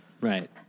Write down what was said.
right